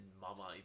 Mama